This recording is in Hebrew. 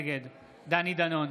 נגד דני דנון,